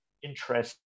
Interest